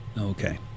Okay